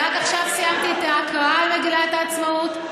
רק עכשיו סיימתי את הקראת מגילת העצמאות.